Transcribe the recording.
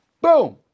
boom